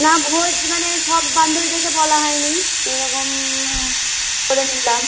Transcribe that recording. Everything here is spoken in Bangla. না খোঁজ মানে সব বান্ধবীদেরকে বলা হয় নি এরকম করে নিলাম